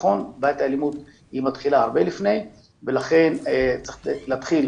בתיכון אלא בעיית האלימות מתחילה הרבה לפני ולכן צריך להתחיל